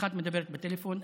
אחת מדברת בטלפון,